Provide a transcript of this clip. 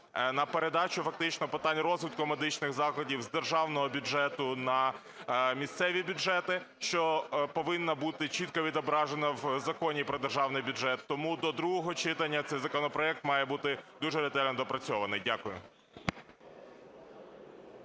на передачу фактично питань розвитку медичних закладів з державного бюджету на місцеві бюджети, що повинно бути чітко відображено в Законі про Державний бюджет. Тому до другого читання цей законопроект має бути дуже ретельно доопрацьований. Дякую.